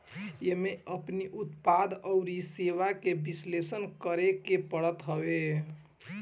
एमे अपनी उत्पाद अउरी सेवा के विश्लेषण करेके पड़त हवे